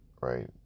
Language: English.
Right